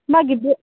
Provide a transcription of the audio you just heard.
ꯃꯥꯒꯤꯗꯨ